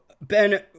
Ben